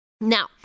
Now